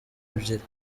ebyiri